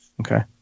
Okay